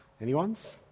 Anyone's